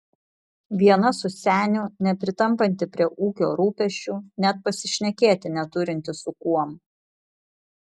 viena su seniu nepritampanti prie ūkio rūpesčių net pasišnekėti neturinti su kuom